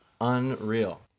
unreal